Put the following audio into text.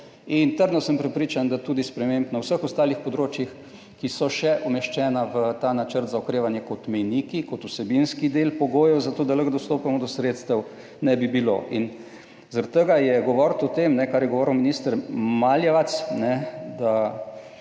In trdno sem prepričan, da tudi sprememb na vseh ostalih področjih, ki so še umeščena v ta načrt za okrevanje kot mejniki, **65. TRAK: (TB) - 19.05** (nadaljevanje) kot vsebinski del pogojev za to, da lahko dostopamo do sredstev, ne bi bilo. In zaradi tega je govoriti o tem, kar je govoril minister Maljevac,